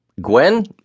Gwen